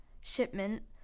shipment